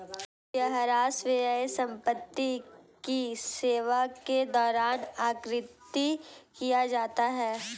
मूल्यह्रास व्यय संपत्ति की सेवा के दौरान आकृति किया जाता है